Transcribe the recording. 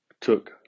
took